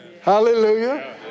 Hallelujah